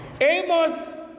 Amos